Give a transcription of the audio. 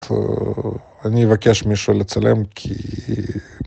אני אבקש מישהו לצלם כי...